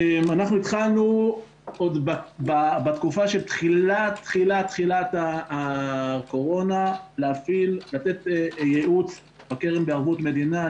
התחלנו עוד בתקופה של תחילת תחילת הקורונה לתת ייעוץ בקרן בערבות מדינה.